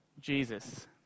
jesus